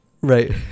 right